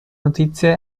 notizie